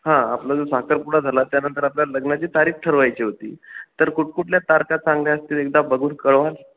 हां आपला जो साखरपुडा झाला त्यानंतर आपल्याला लग्नाची तारीख ठरवायची होती तर कुठकुठल्या तारखा चांगल्या असतील एकदा बघून कळवाल